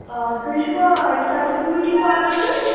آ تُہۍ چھُوا یہِ سیلوٗن بیٛوٗٹی پارلَر پٮ۪ٹھ